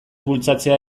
bultzatzea